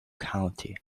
county